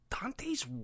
Dante's